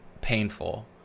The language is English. painful